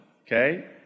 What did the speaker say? okay